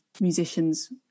musicians